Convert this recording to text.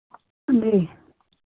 जी